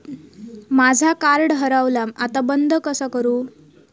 माझा कार्ड हरवला आता बंद कसा करू?